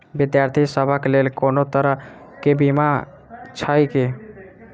विद्यार्थी सभक लेल कोनो तरह कऽ बीमा छई की?